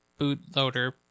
bootloader